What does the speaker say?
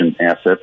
assets